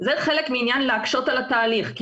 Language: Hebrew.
זה חלק מהעניין של להקשות על התהליך כי